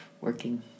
working